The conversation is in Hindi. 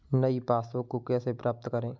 नई पासबुक को कैसे प्राप्त करें?